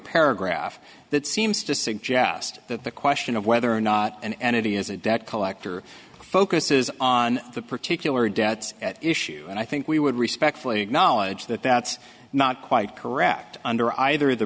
paragraph that seems to suggest that the question of whether or not an entity is a debt collector focuses on the particular debts at issue and i think we would respectfully acknowledge that that's not quite correct under either the